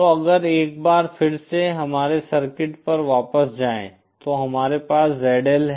तो अगर एक बार फिर से हमारे सर्किट पर वापस जाएं तो हमारे पास ZL है